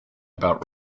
about